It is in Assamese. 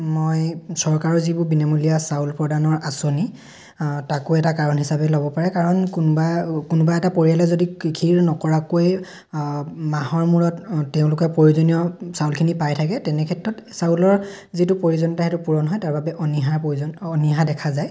মই চৰকাৰৰ যিবোৰ বিনামূলীয়া চাউল প্ৰদানৰ আঁচনি তাকো এটা কাৰণ হিচাপে ল'ব পাৰে কাৰণ কোনোবা কোনোবা এটা পৰিয়ালে যদি কৃষিৰ নকৰাকৈয়ে মাহৰ মূৰত তেওঁলোকে প্ৰয়োজনীয় চাউলখিনি পাই থাকে তেনে ক্ষেত্ৰত চাউলৰ যিটো প্ৰয়োজনীয়তা সেইটো পূৰণ হয় তাৰবাবে অনীহাৰ প্ৰয়োজন অনীহা দেখা যায়